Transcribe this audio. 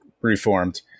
reformed